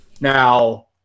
Now